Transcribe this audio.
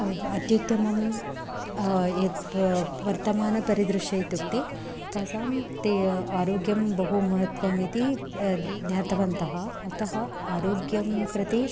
अत्युत्तमं यत् वर्तमानपरिदृश्य इत्युक्ते तासां ते आरोग्यं बहु महत्वम् इति ज्ञातवन्तः अतः आरोग्यं प्रति